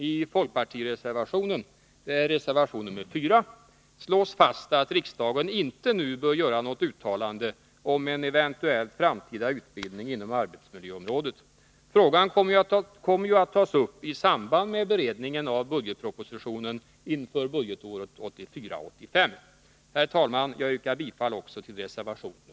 I folkpartireservationen — det är reservation nr 4 — slås fast att riksdagen inte nu bör göra något uttalande om en eventuell framtida utbildning inom arbetsmiljöområdet. Frågan kommer ju att tas upp i samband med beredningen av budgetpropositionen inför budgetåret 1984/85. Herr talman! Jag yrkar bifall också till reservation nr 4.